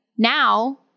Now